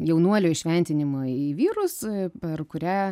jaunuolių įšventinimo į vyrus per kurią